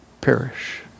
perish